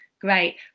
Great